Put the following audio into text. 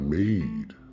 made